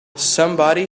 somebody